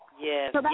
yes